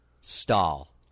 stall